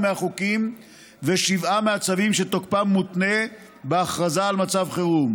מהחוקים ושבעה מהצווים שתוקפם מותנה בהכרזה על מצב חירום.